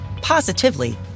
positively